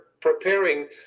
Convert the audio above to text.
preparing